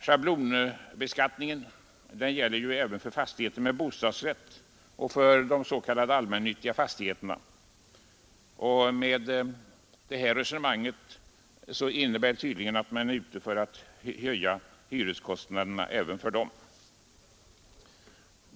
Schablonbeskattningen gäller ju även för fastigheter med bostadsrätt och för de s.k. allmännyttiga fastigheterna. Detta resonemang skulle innebära att även de hyreskostnaderna skulle höjas.